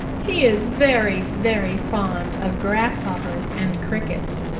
he is very, very fond of grasshoppers and crickets.